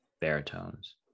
baritones